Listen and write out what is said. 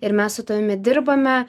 ir mes su tavimi dirbame